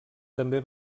també